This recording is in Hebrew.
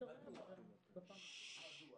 יש אין ספור